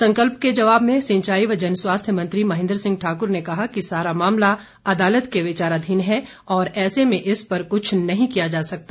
संकल्प के जवाब में सिंचाई व जनस्वास्थ्य मंत्री महेंद्र सिंह ठाकुर ने कहा कि सारा मामला अदालत के विचाराधीन है और ऐसे में इस पर कुछ नहीं किया जा सकता